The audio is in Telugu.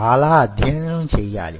చాలా అధ్యయనం చేయాలి